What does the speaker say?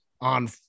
on